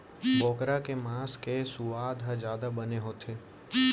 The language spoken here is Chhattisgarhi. बोकरा के मांस के सुवाद ह जादा बने होथे